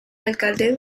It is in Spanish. alcalde